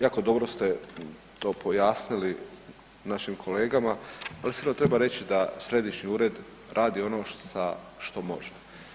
Jako dobro ste to pojasnili našim kolegama ali sigurno treba reći da središnji ured radi ono što može.